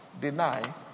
deny